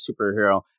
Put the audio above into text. superhero